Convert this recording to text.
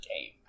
game